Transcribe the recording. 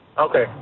Okay